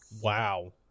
Wow